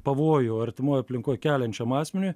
pavojų artimoj aplinkoj keliančiam asmeniui